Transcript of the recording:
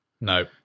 No